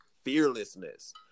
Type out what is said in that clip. fearlessness